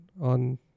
on